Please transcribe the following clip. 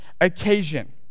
occasion